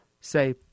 say